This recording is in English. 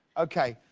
okay.